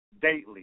daily